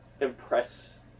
impress